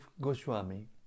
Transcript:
Goswami